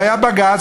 והיה בג"ץ,